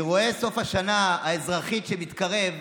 אירועי סוף השנה האזרחית שמתקרבים,